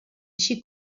així